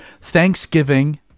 Thanksgiving